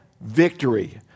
victory